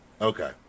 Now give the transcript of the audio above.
Okay